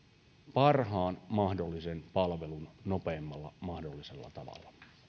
parhaan mahdollisen palvelun nopeimmalla mahdollisella tavalla